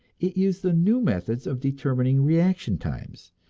it used the new methods of determining reaction times,